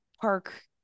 park